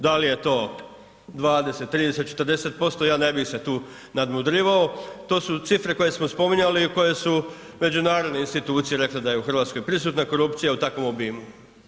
Da li je to 20, 30, 40% ja ne bih se tu nadmudrivao, to su cifre koje smo spominjali i koje su međunarodne institucije rekle da je u Hrvatskoj prisutna korupcija u takvom obimu.